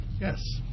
Yes